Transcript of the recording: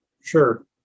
Sure